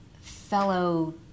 fellow